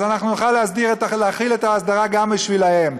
אז נוכל להחיל את ההסדרה גם בשבילם.